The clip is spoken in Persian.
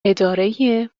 اداره